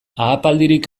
ahapaldirik